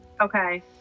Okay